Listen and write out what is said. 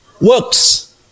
works